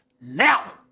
now